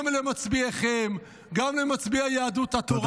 גם למצביעיכם, גם למצביעי יהדות התורה,